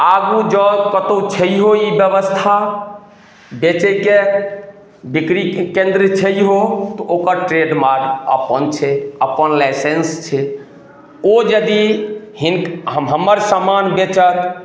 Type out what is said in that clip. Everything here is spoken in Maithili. आगू जाउ तऽ कतौ छैहो ई व्यवस्था बेचैके बिक्रीके केन्द्र छैहो तऽ ओकर ट्रेड मार्क अपन छै अपन लाइसेंस छै ओ जदि हिन हमर सामान बेचत